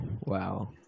wow